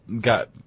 got